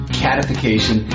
catification